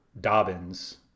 Dobbins